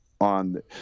on